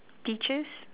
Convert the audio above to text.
peaches